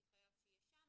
כי חייב שיהיה שם,